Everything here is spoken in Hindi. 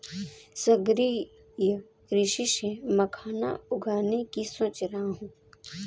सागरीय कृषि से मखाना उगाने की सोच रहा हूं